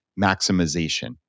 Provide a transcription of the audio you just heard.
maximization